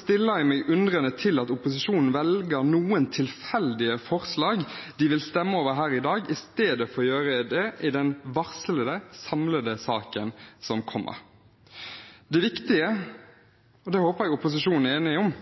stiller jeg meg undrende til at opposisjonen velger noen tilfeldige forslag som de vil stemme over her i dag, i stedet for å gjøre det i den varslede, samlede saken som kommer. Det viktige – og det håper jeg opposisjonen er enig i –